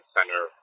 center